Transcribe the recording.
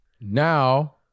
now